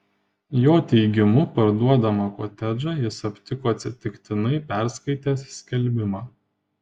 jo teigimu parduodamą kotedžą jis aptiko atsitiktinai perskaitęs skelbimą